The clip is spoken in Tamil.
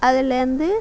அதுலேருந்து